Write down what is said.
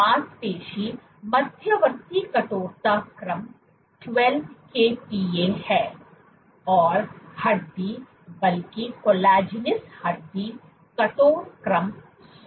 मांसपेशी मध्यवर्ती कठोरता क्रम 12 kPa है और हड्डी बल्कि Collagenous हड्डी कठोर क्रम 100 kPa है